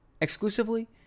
exclusively